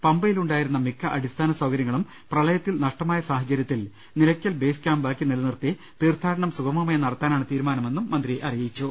പമ്പയിൽ ഉണ്ടായിരുന്ന മിക്ക അടിസ്ഥാന സൌകര്യ ങ്ങളും പ്രളയത്തിൽ നഷ്ടമായ സാഹചര്യത്തിൽ നിലക്കൽ ബേസ് ക്യാമ്പാക്കി നിലനിർത്തി തീർഥാടനം സുഗമമായി നടത്താനാണ് തീരുമാനമെന്നും അദ്ദേഹം അറിയിച്ചു